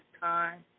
time